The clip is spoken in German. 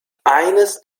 eines